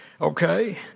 Okay